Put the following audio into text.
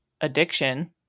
addiction